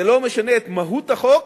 זה לא משנה את מהות החוק,